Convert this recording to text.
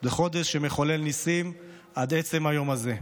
זה חודש שמחולל ניסים עד עצם היום הזה.